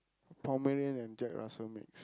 Pomeranian and Jack-Russell mix